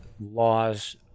laws